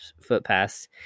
footpaths